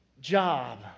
job